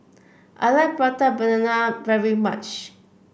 I like Prata Banana very much